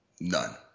None